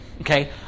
Okay